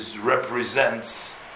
represents